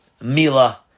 Mila